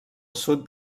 sud